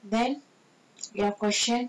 then your question